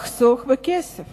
לחסוך בכסף